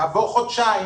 נעבור חודשיים,